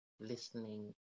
listening